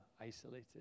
isolated